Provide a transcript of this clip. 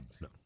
no